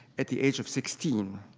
at the age of sixteen.